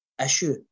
issue